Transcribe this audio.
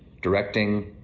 directing,